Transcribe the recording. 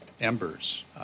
embers